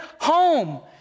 home